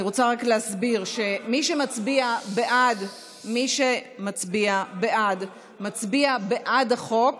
אני רוצה רק להסביר שמי שמצביע בעד מצביע בעד החוק